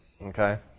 Okay